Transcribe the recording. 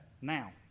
Now